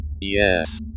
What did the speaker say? Yes